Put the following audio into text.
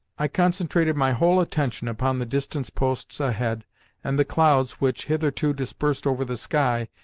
i concentrated my whole attention upon the distance-posts ahead and the clouds which, hitherto dispersed over the sky,